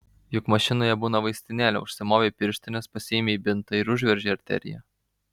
juk mašinoje būna vaistinėlė užsimovei pirštines pasiėmei bintą ir užveržei arteriją